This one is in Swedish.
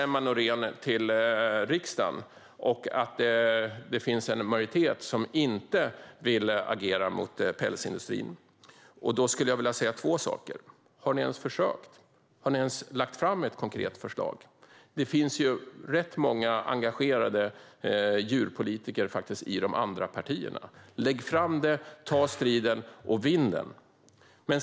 Emma Nohrén hänvisar till riksdagen och att en majoritet inte vill agera mot pälsindustrin. Då skulle jag vilja säga två saker. Har ni ens försökt? Har ni ens lagt fram ett konkret förslag? Det finns faktiskt rätt många engagerade djurrättspolitiker i de andra partierna. Lägg fram detta, ta striden och vinn den!